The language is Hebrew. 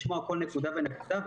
לשמוע כל נקודה ונקודה,